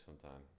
sometime